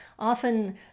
often